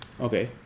okay